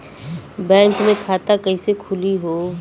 Bank मे खाता कईसे खुली हो?